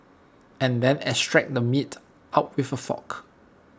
and then extract the meat out with A fork